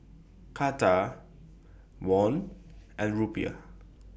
Taka Won and Rupiah